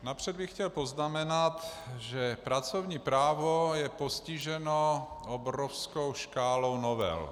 Napřed bych chtěl poznamenat, že pracovní právo je postiženo obrovskou škálou novel.